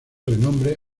renombre